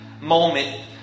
moment